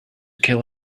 kill